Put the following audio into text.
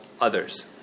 others